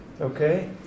Okay